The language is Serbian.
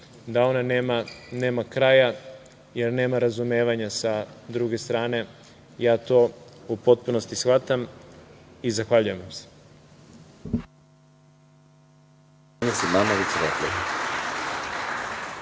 da ona nema kraja, jer nema razumevanja sa druge strane. To u potpunosti shvatam i zahvaljujem vam se.